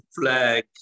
flag